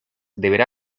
deberá